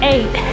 Eight